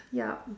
yup